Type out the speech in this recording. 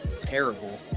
terrible